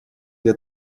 для